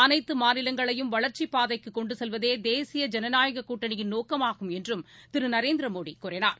அனைத்துமாநிலங்களையும் வளர்ச்சிப் பாதைக்குகொண்டுசெல்வதேதேசிய ஜனநாயககூட்டணியின் நோக்கமாகும் என்றம் திருநரேந்திரமோடிகூறினார்